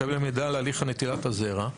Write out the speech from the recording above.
לקבל מידע על הליך נטילת הזרע.